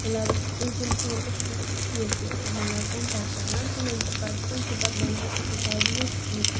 مطلب ییٚلہِ تِم سون کَشمیٖر کٔشیٖر چھِ مطلب اینٹر کَران تِمَن چھُ پَتہِ تِم چھِ پَتہٕ بَنان اَکہِ حساب یتٚکی